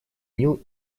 нил